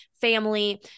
family